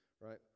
right